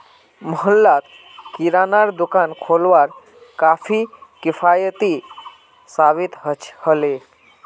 मोहल्लात किरानार दुकान खोलवार काफी किफ़ायती साबित ह ले